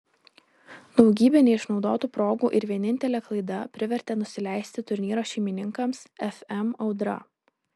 daugybė neišnaudotų progų ir vienintelė klaida privertė nusileisti turnyro šeimininkams fm audra